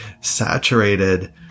saturated